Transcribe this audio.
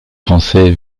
français